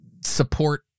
support